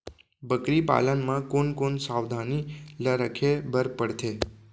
बकरी पालन म कोन कोन सावधानी ल रखे बर पढ़थे?